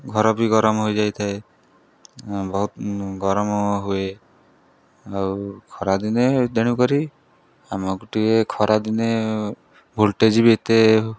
ଘର ବି ଗରମ ହୋଇଯାଇ ଥାଏ ବହୁତ ଗରମ ହୁଏ ଆଉ ଖରାଦିନେ ତେଣୁ କରି ଆମକୁ ଟିକେ ଖରାଦିନେ ଭୋଲ୍ଟେଜ୍ ବି ଏତେ